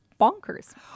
bonkers